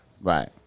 Right